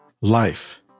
Life